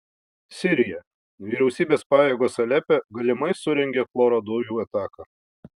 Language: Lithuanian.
sirija vyriausybės pajėgos alepe galimai surengė chloro dujų ataką